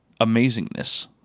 amazingness